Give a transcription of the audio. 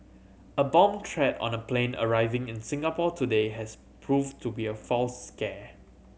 a bomb threat on a plane arriving in Singapore today has proved to be a false scare